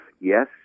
yes